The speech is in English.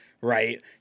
right